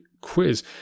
quiz